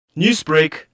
Newsbreak